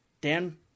Dan